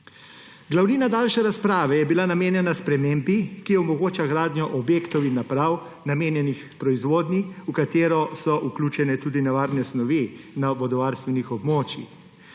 Glavnina daljše razprave je bila namenjena spremembi, ki omogoča gradnjo objektov in naprav, namenjenih proizvodnji, v katero so vključene tudi nevarne snovi na vodovarstvenih območjih.